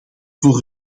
voor